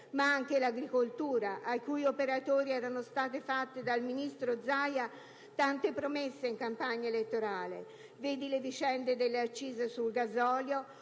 ma anche l'agricoltura, ai cui operatori erano state fatte dal ministro Zaia tante promesse in campagna elettorale (ricordo la questione delle accise sul gasolio).